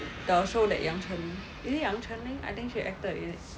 the 时候 that 杨晨 is it 杨晨 meh I think she acted in it